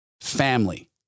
Family